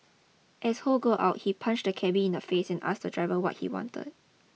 as Ho got out he punched the cabby in the face and asked the driver what he wanted